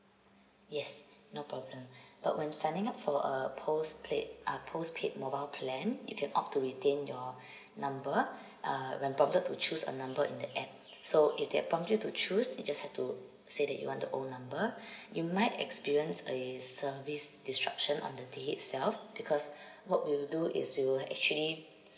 yes no problem but when signing up for a post uh postpaid mobile plan you can opt to retain your number uh when prompted to choose a number in the app so if they prompt you to choose you just had to say that you want the old number you might experience a service disruption on the day itself because what we'll do is we'll actually